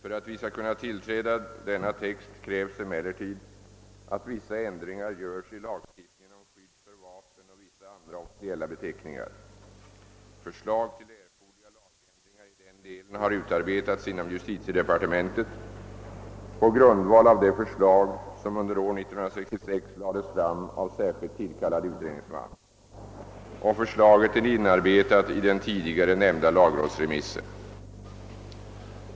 För att vi skall kunna tillträda denna text krävs emellertid att vissa ändringar görs i lagstiftningen om skydd för vapen och vissa andra officiella beteckningar. Förslag till erforderliga lagändringar i den delen har utarbetats inom justitiedepartementet på grundval av det förslag som under år 1966 lades fram av särskilt tillkallad utredningsman. Förslaget är inarbetat i den tidigare omnämnda lagrådsremissen.